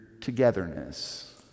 togetherness